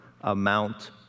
amount